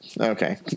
Okay